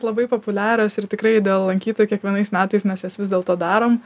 labai populiarios ir tikrai dėl lankytojų kiekvienais metais mes jas vis dėlto darom